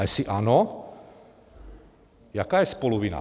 Jestli ano, jaká je spoluvina?